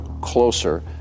closer